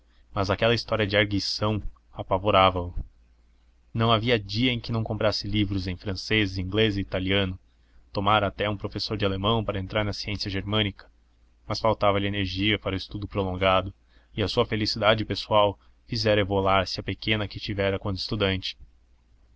mas aquela história de argüição apavorava o não havia dia em que não comprasse livros em francês inglês e italiano tomara até um professor de alemão para entrar na ciência germânica mas faltava-lhe energia para o estudo prolongado e a sua felicidade pessoal fizera evolar se a pequena que tivera quando estudante